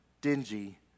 dingy